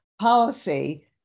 policy